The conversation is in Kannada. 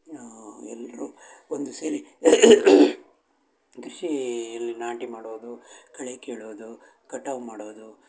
ಎಲ್ಲರೂ ಒಂದು ಸೇರಿ ಕೃಷೀ ಅಲ್ಲಿ ನಾಟಿ ಮಾಡೋದು ಕಳೆ ಕಿಳೋದು ಕಟಾವು ಮಾಡೋದು